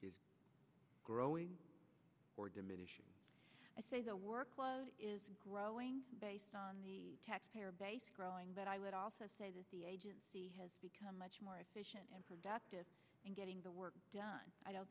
is growing or diminishing i say the workload is growing based on the taxpayer base growing but i would also say that the agency has become much more efficient and productive and getting the work done i don't